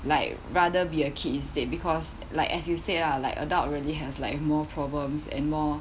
like rather be a kid instead because like as you said lah like adult really has like more problems and more